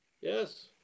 Yes